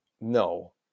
no